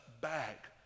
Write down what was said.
back